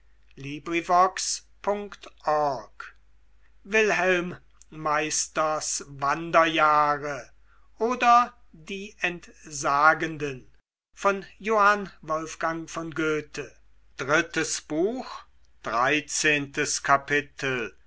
wilhelm meisters wanderjahre oder die entsagenden